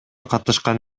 катышкан